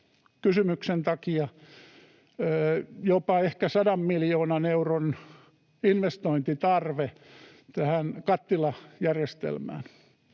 turvekysymyksen takia ehkä jopa 100 miljoonan euron investointitarve tähän kattilajärjestelmään